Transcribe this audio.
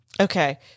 Okay